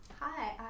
Hi